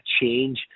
change